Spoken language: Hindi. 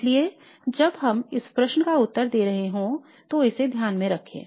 इसलिए जब हम इस प्रश्न का उत्तर दे रहे हों तो इसे ध्यान में रखें